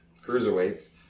Cruiserweights